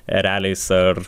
ereliais ar